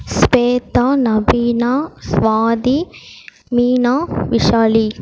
Shweta Naveena Swathi Meena Vishali